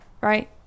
right